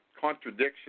contradiction